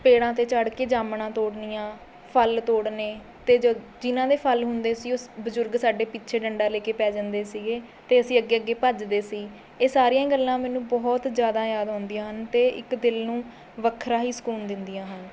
ਪੇੜਾਂ 'ਤੇ ਚੜ੍ਹਕੇ ਜਾਮਣਾਂ ਤੋੜਨੀਆਂ ਫ਼ਲ ਤੋੜਨੇ ਅਤੇ ਜਿਹਨਾਂ ਦੇ ਫ਼ਲ ਹੁੰਦੇ ਸੀ ਉਹ ਬਜ਼ੁਰਗ ਸਾਡੇ ਪਿੱਛੇ ਡੰਡਾ ਲੈ ਕੇ ਪੈ ਜਾਂਦੇ ਸੀਗੇ ਅਤੇ ਅਸੀਂ ਅੱਗੇ ਅੱਗੇ ਭੱਜਦੇ ਸੀ ਇਹ ਸਾਰੀਆਂ ਗੱਲਾਂ ਮੈਨੂੰ ਬਹੁਤ ਜ਼ਿਆਦਾ ਯਾਦ ਆਉਂਦੀਆਂ ਹਨ ਅਤੇ ਇੱਕ ਦਿਲ ਨੂੰ ਵੱਖਰਾ ਹੀ ਸਕੂਨ ਦਿੰਦੀਆਂ ਹਨ